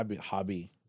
hobby